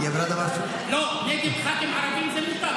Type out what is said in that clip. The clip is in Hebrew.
היא אמרה דבר --- לא, נגד ח"כים ערבים זה מותר.